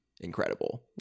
incredible